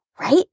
right